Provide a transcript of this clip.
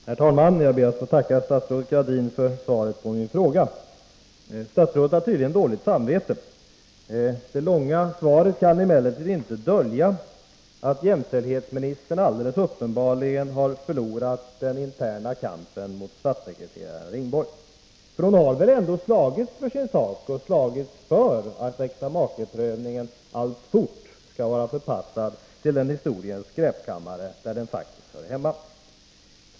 Herr talman! Jag ber att få tacka Anita Gradin för svaret på min fråga. Statsrådet har tydligen dåligt samvete. Det långa svaret kan emellertid inte dölja att jämställdhetsministern uppenbarligen har förlorat den interna kampen mot statssekreterare Ringborg, för jämställdhetsministern har väl ändå slagits för sin sak och slagits för att äktamakeprövningen alltfort skall vara förpassad till den historiens skräpkammare där den faktiskt hör hemma.